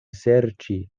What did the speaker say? serĉi